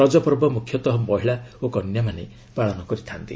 ରଜପର୍ବ ମୁଖ୍ୟତଃ ମହିଳା ଓ କନ୍ୟାମାନେ ପାଳନ କରିଥାନ୍ତି